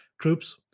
troops